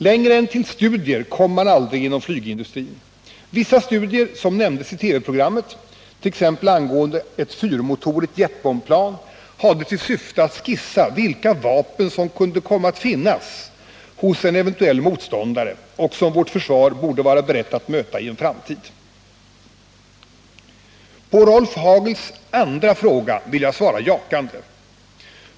Längre än till studier kom man aldrig inom flygindustrin. Vissa studier, som nämndes i TV-programmet, t.ex. angående ett fyrmotorigt jetbombplan, hade till syfte att skissa vilka vapen som kunde komma att finnas hos en eventuell motståndare och som vårt försvar borde vara berett att möta i en framtid. På Rolf Hagels andra fråga vill jag svara jakande.